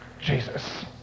Jesus